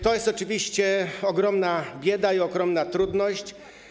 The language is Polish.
To jest oczywiście ogromna bieda i ogromna trudność.